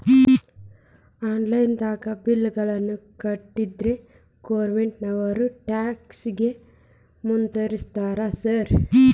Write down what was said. Online ದಾಗ ಬಿಲ್ ಗಳನ್ನಾ ಕಟ್ಟದ್ರೆ ಗೋರ್ಮೆಂಟಿನೋರ್ ಟ್ಯಾಕ್ಸ್ ಗೇಸ್ ಮುರೇತಾರೆನ್ರಿ ಸಾರ್?